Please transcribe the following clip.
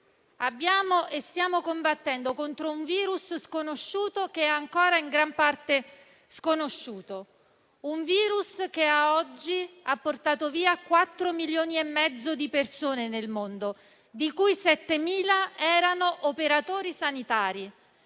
combattuto e stiamo combattendo contro un virus che è ancora in gran parte sconosciuto, un virus che a oggi ha portato via 4 milioni e mezzo di persone nel mondo, di cui 7.000 erano operatori sanitari,